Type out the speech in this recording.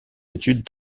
études